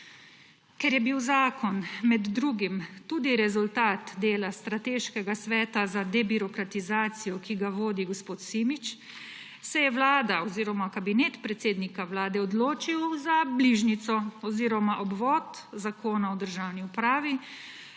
Ker je bil zakon med drugim tudi rezultat dela Strateškega sveta za debirokratizacijo, ki ga vodi gospod Simič, se je Vlada oziroma Kabinet predsednika Vlade odločil za bližnjico oziroma obvod Zakona o državni upravi.